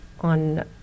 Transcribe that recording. on